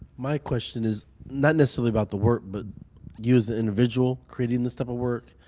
my question is not necessarily about the work, but you as the individual, creating this type of work,